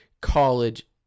college